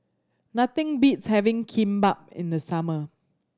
nothing beats having Kimbap in the summer